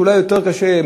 ששם אולי יותר קשה,